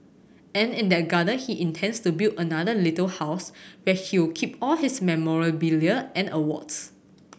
and in that garden he intends to build another little house where he'll keep all his memorabilia and awards